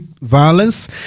violence